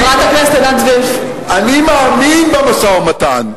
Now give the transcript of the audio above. מטעם עצמו, אני מאמין במשא-ומתן,